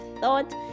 thought